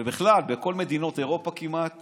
ובכלל בכל מדינות אירופה כמעט